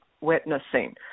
witnessing